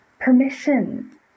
permission